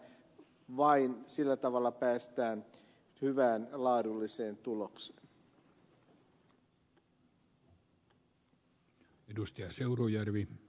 vain sillä tavalla päästään hyvään laadulliseen tulokseen